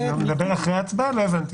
אני רוצה לומר ולדעתי זו